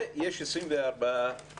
ויש 24 שקלים.